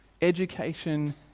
Education